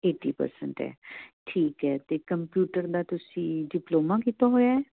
eighty cent ਹੈ ਠੀਕ ਹੈ ਅਤੇ ਕੰਪਿਊਟਰ ਦਾ ਤੁਸੀਂ ਡਿਪਲੋਮਾ ਕੀਤਾ ਹੋਇਆ